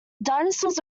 dinosaurs